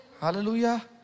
Hallelujah